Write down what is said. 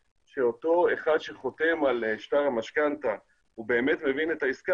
שאותו אחד שחותם על שטר המשכנתה הוא באמת מבין את העסקה,